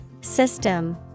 System